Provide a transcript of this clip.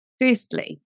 Firstly